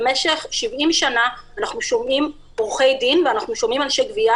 במשך 70 שנה אנחנו שומעים עורכי דין ואנחנו שומעים אנשי גבייה